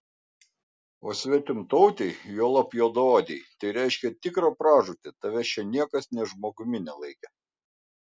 o svetimtautei juolab juodaodei tai reiškė tikrą pražūtį tavęs čia niekas nė žmogumi nelaikė